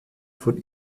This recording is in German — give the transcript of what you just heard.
von